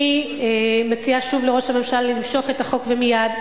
אני מציעה שוב לראש הממשלה למשוך את החוק, ומייד,